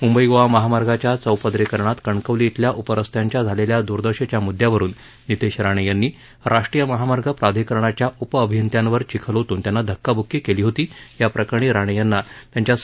मुंबई गोवा महामार्गाच्या चौपदरीकरणात कणकवली खेल्या उपरस्त्यांच्या झालेल्या दुर्दशेच्या मुद्यावरुन नितेश राणे यांनी राष्ट्रीय महामार्ग प्राधिकरणाच्या उपअभित्यांवर चिखल ओतून त्यांना धक्काबुकी केली होती याप्रकरणी राणे यांना त्यांच्या समर्थकांसह पोलिसांनी अटक केली होती